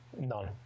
none